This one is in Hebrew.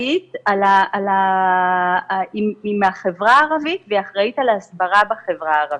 היא מהחברה הערבית והיא אחראית על ההסברה בחברה הערבית.